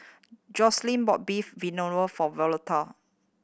Joselyn bought Beef Vindaloo for